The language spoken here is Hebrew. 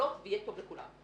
עמלות ויהיה טוב לכולם.